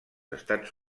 estats